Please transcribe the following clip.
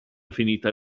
finita